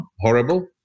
horrible